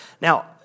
Now